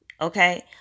Okay